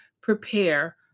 prepare